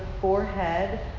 forehead